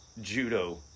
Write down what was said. judo